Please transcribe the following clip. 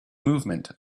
movement